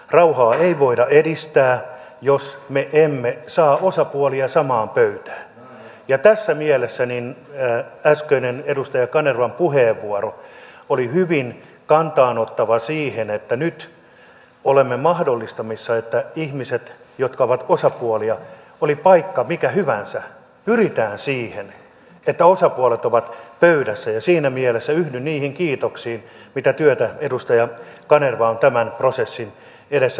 rauhaa ei voida edistää jos me emme saa osapuolia samaan pöytään ja tässä mielessä äskeinen edustaja kanervan puheenvuoro oli hyvin kantaa ottava siihen että nyt olemme mahdollistamassa että pyritään siihen että ihmiset jotka ovat osapuolia oli paikka mikä hyvänsä ovat pöydässä ja siinä mielessä yhdyn niihin kiitoksiin sen suhteen mitä työtä edustaja kanerva on tämän prosessin edestä tehnyt